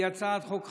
היא הצעת חוק חשובה.